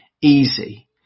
easy